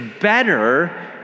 better